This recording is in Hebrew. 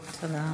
תודה.